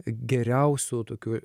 geriausių tokių